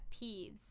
peeves